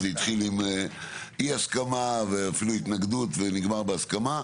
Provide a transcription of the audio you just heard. זה התחיל עם אי הסכמה ואפילו התנגדות ונגמר בהסכמה,